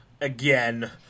again